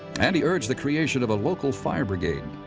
and he urged the creation of a local fire brigade.